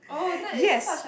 yes